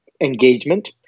engagement